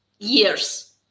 years